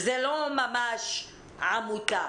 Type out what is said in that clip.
וזה לא ממש עמותה,